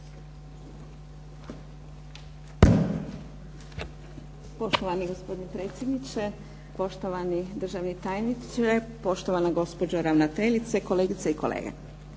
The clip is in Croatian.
Poštovani gospodine predsjedniče, poštovani državni tajniče, poštovana gospođo ravnateljice, kolegice i kolege.